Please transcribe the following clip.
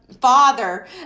Father